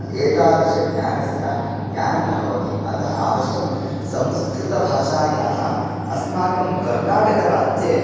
एतादृशज्ञानस्य ज्ञानं न भवति अतः अवश्यं संस्कृतभाषायाः अस्माकं कर्णाटकराज्ये